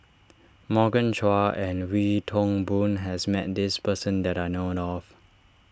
Morgan Chua and Wee Toon Boon has met this person that I known of